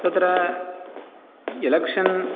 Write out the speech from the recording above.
तत्र एलेक्शन्